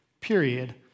period